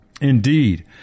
Indeed